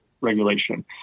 regulation